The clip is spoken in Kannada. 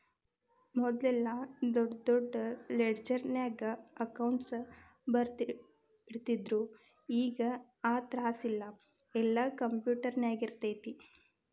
ಮದ್ಲೆಲ್ಲಾ ದೊಡ್ ದೊಡ್ ಲೆಡ್ಜರ್ನ್ಯಾಗ ಅಕೌಂಟ್ಸ್ ಬರ್ದಿಟ್ಟಿರ್ತಿದ್ರು ಈಗ್ ಆ ತ್ರಾಸಿಲ್ಲಾ ಯೆಲ್ಲಾ ಕ್ಂಪ್ಯುಟರ್ನ್ಯಾಗಿರ್ತೆತಿ